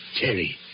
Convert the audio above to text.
Terry